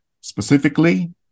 Specifically